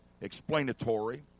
explanatory